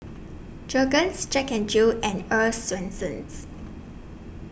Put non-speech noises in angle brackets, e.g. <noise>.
Jergens Jack N Jill and Earl's Swensens <noise>